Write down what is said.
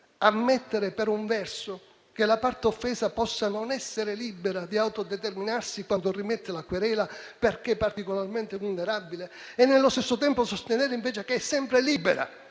ammettere, per un verso, che la parte offesa possa non essere libera di autodeterminarsi quando rimette la querela, perché particolarmente vulnerabile e, nello stesso tempo, sostenere invece che è sempre libera